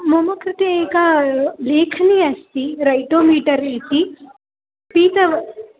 मम कृते एका लेखनी अस्ति रैटोमीटर् इति पीतवर्णः